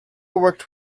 worked